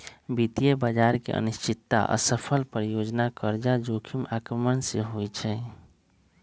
वित्तीय बजार की अनिश्चितता, असफल परियोजना, कर्जा जोखिम आक्रमण से होइ छइ